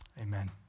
Amen